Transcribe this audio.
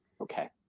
Okay